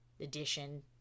Edition